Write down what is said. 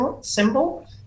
symbol